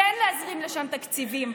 כן להזרים לשם תקציבים,